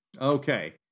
Okay